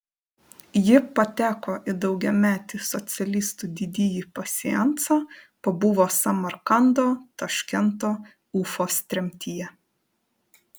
ji pateko į daugiametį socialistų didįjį pasiansą pabuvo samarkando taškento ufos tremtyje